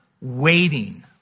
waiting